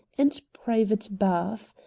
and private bath.